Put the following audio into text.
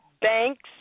banks